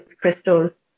crystals